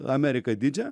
ameriką didžią